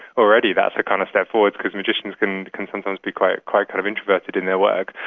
already that's a kind of step forward because magicians can can sometimes be quite quite kind of introverted in their work.